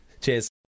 Cheers